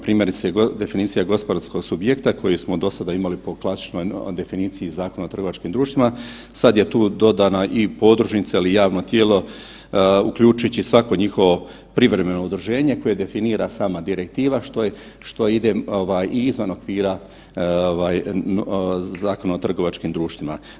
Primjerice, definicija gospodarskog subjekta koji smo do sada imali po klasičnoj definiciji Zakona o trgovačkim društvima, sad je tu dodana i podružnica ili javno tijelo uključujući svako njihovo privremeno udruženje koje definira sama direktiva što ide ovaj i izvan okvira ovaj Zakona o trgovačkim društvima.